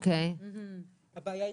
הבעיה היא,